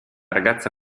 ragazza